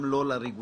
גם לא לרגולטור,